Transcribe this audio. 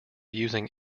using